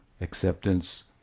acceptance